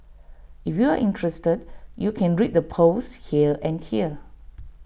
if you're interested you can read the posts here and here